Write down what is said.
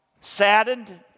saddened